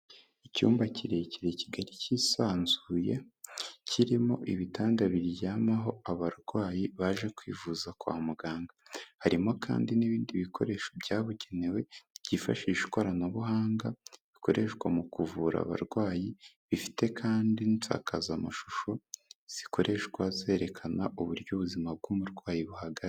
Icyumba kirekire kigari cyisanzuye, kirimo ibitanda biryamaho abarwayi baje kwivuza kwa muganga, harimo kandi n'ibindi bikoresho byabugenewe byifashisha ikoranabuhanga bikoreshwa mu kuvura abarwayi, bifite kandi insakazamashusho zikoreshwa zerekana uburyo ubuzima bw'umurwayi buhaga....